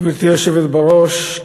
גברתי היושבת בראש,